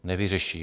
Nevyřeší!